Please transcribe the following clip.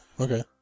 okay